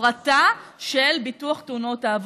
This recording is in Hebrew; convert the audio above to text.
הפרטה של ביטוח תאונות העבודה.